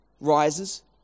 rises